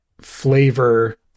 flavor